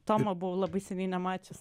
tomo buvau labai seniai nemačius